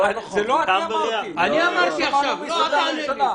זה לא אני אמרתי, יש עמנו משרדי ממשלה.